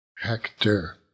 hector